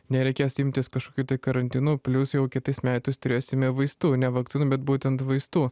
nereikės imtis kažkokių tai karantinų plius jau kitais metais turėsime vaistų ne vakcinų bet būtent vaistų